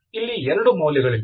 ಇಲ್ಲಿ 2 ಮೌಲ್ಯಗಳಿವೆ